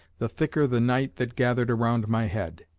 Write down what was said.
the thicker the night that gathered around my head.